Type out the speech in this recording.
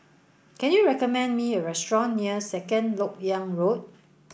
can you recommend me a restaurant near Second Lok Yang Road